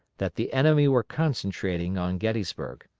that the enemy were concentrating on gettysburg.